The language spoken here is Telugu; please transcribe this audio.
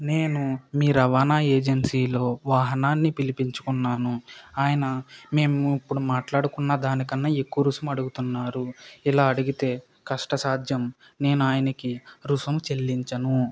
నేను మీ రవాణా ఏజెన్సీలో వాహనాన్ని పిలిపించుకున్నాను ఆయన మేము ఇప్పుడు మాట్లాడుకున్న దాని కన్నా ఎక్కువ రుసుము అడుగుతున్నారు ఇలా అడిగితే కష్ట సాధ్యం నేను ఆయనకి రుసుము చెల్లించను